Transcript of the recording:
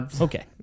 okay